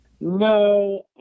No